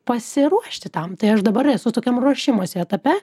pasiruošti tam tai aš dabar esu tokiam ruošimosi etape